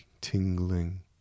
tingling